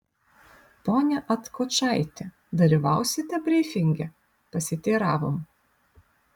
pone atkočaiti dalyvausite brifinge pasiteiravom